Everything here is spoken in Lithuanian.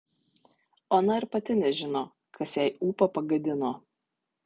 ona ir pati nežino kas jai ūpą pagadino